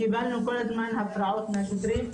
קיבלנו כל הזמן הפרעות מהשוטרים,